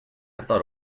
thought